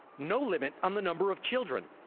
no limit on the number of children.